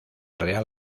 real